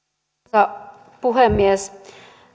arvoisa puhemies